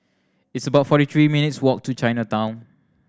it's about forty three minutes' walk to Chinatown